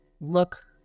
look